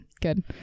Good